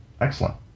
Excellent